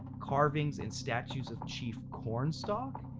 carvings and statues of chief cornstalk.